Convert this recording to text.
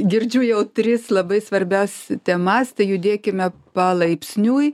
girdžiu jau tris labai svarbias temas tai judėkime palaipsniui